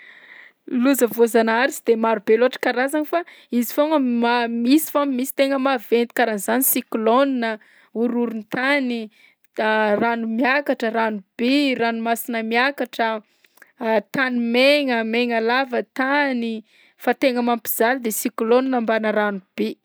Loza voazanahary sy de maro be loatra karazagny fa izy foagna ma- misy fa misy tegna maventy karahan'zany: cyclone, horohoron-tany, rano miakatra, rano bi, ranomasina miakatra, tany maigna maigna lava tany fa tegna mampizaly de cyclone mbanà rano bi.